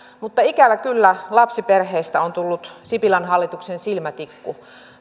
mutta ikävä kyllä lapsiperheistä on tullut sipilän hallituksen silmätikku